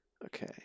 okay